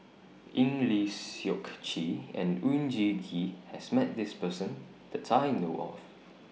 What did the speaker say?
Eng Lee Seok Chee and Oon Jin Gee has Met This Person that I know of